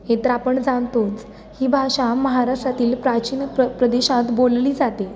हे तर पण जाणतोच ही भाषा महाराष्ट्रातील प्राचीन प्र प्रदेशात बोलली जाते